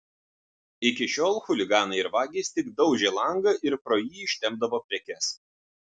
iki šiol chuliganai ir vagys tik daužė langą ir pro jį ištempdavo prekes